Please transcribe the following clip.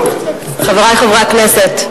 חברי חברי הכנסת,